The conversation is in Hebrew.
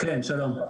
מצגת)